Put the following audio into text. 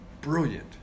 brilliant